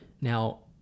Now